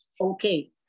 Okay